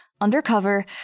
undercover